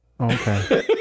okay